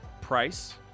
price